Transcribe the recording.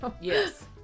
Yes